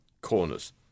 corners